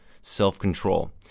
self-control